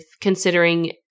considering